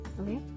okay